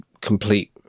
complete